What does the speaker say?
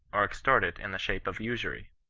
or extort it in the shape of usury.